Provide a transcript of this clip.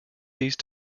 these